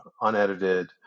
unedited